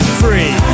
free